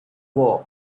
war